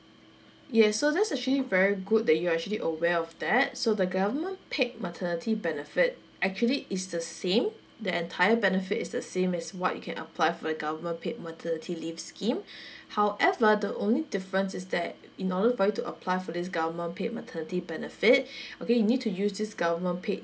yes so that's actually very good that you're actually aware of that so the government paid maternity benefit actually is the same the entire benefit is the same as what you can apply for the government paid maternity leave scheme however the only difference is that in order for you to apply for this government paid maternity benefit okay you need to use this government paid